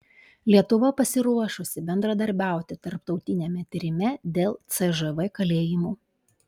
lietuva pasiruošusi bendradarbiauti tarptautiniame tyrime dėl cžv kalėjimų